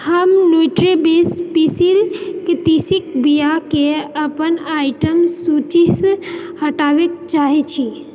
हम न्यूट्रीविश पीसल तीसीक बिया केँ अपन आइटम सूचीसँ हटाबै चाहैत छी